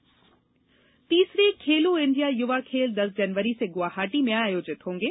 खेलो India तीसरे Khelo India युवा खेल दस जनवरी से गुवाहाटी में आयोजित होंगे